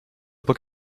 book